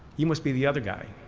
you must be the other guy.